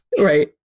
Right